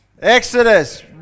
Exodus